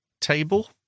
table